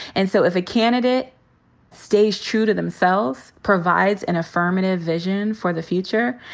and so if a candidate stays true to themselves, provides an affirmative vision for the future,